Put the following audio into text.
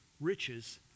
riches